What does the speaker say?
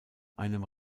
einem